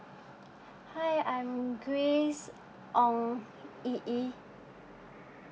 hi I'm grace ong yi yi